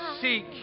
Seek